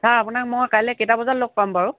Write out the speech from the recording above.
sir আপোনাক মই কাইলৈ কেইটা বজাত লগ পাম বাৰু